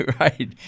right